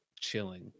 chilling